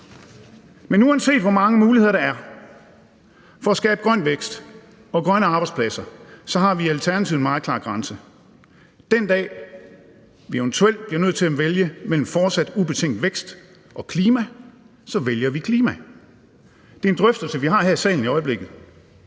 Men uanset hvor mange muligheder der er for at skabe grøn vækst og grønne arbejdspladser, har vi i Alternativet en meget klar grænse. Den dag vi eventuelt bliver nødt til at vælge mellem fortsat ubetinget vækst og klima, vælger vi klima. Det er en drøftelse, vi har her i salen i øjeblikket.